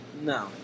No